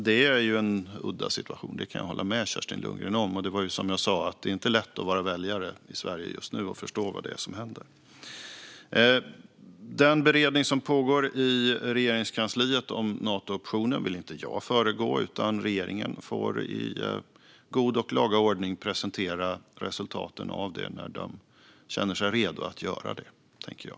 Det är en udda situation - det kan jag hålla med Kerstin Lundgren om. Som jag sa är det just nu inte lätt att vara väljare i Sverige och att förstå vad det är som händer. Den beredning om Nato-optionen som pågår i Regeringskansliet vill jag inte föregå. Regeringen får i god och laga ordning presentera resultaten av den när de känner sig redo att göra det, tänker jag.